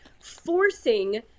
forcing